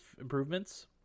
improvements